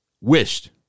wished